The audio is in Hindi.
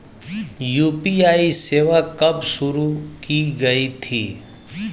यू.पी.आई सेवा कब शुरू की गई थी?